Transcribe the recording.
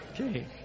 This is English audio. Okay